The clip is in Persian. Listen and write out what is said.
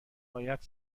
باید